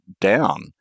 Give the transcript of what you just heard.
down